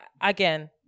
again